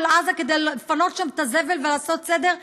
עזה כדי לפנות שם את הזבל ולעשות סדר,